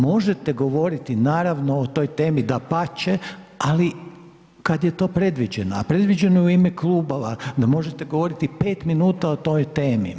Možete govoriti naravno o toj temi dapače, ali kada je to predviđeno, a predviđeno je u ime klubova da možete govoriti pet minuta o toj temi.